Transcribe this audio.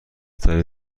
تری